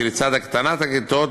כי לצד הקטנת הכיתות,